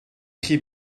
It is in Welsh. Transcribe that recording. chi